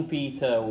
Peter